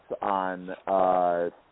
on